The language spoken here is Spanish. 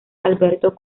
alberto